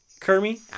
Kirby